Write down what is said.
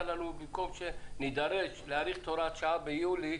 במקום שנידרש להאריך את הוראת השעה ביולי,